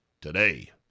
today